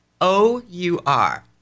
O-U-R